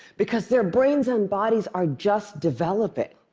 because their brains and bodies are just developing.